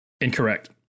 Incorrect